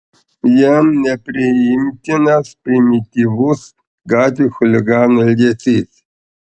jam nepriimtinas primityvus gatvių chuliganų elgesys